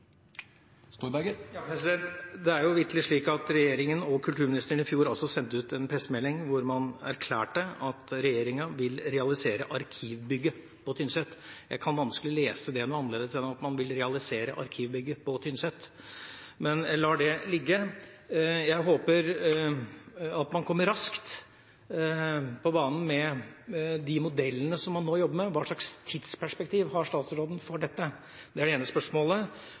fjor sendte ut en pressemelding hvor man erklærte at «regjeringa vil realisere arkivbygget på Tynset». Jeg kan vanskelig lese det noe annerledes enn at man ville realisere arkivbygget på Tynset. Men jeg lar det ligge. Jeg håper at man kommer raskt på banen med de modellene som man nå jobber med. Hva slags tidsperspektiv har statsråden for dette? Det er det ene spørsmålet.